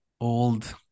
old